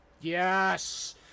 Yes